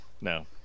no